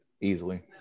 easily